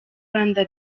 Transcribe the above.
rwanda